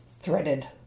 threaded